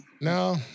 no